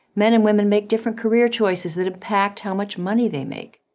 men and women make different career choices that impact how much money they make.